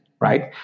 right